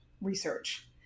research